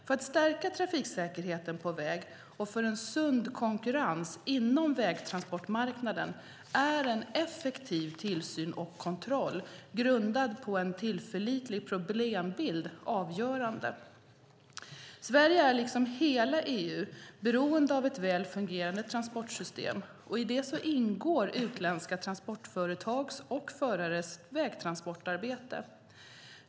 För att stärka trafiksäkerheten på väg och för en sund konkurrens inom vägtransportmarknaden är en effektiv tillsyn och kontroll grundad på en tillförlitlig problembild avgörande. Sverige är liksom hela EU beroende av ett väl fungerande transportsystem, och i det ingår utländska transportföretags och förares vägtransportarbete.